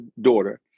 daughter